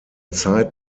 zeit